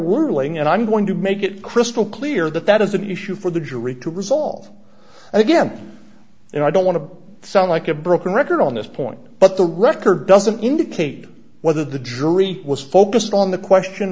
ruling and i'm going to make it crystal clear that that is an issue for the jury to resolve again and i don't want to sound like a broken record on this point but the record doesn't indicate whether the jury was focused on the question